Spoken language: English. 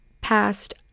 past